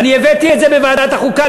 ואני הבאתי את זה בוועדת החוקה,